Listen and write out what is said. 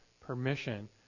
permission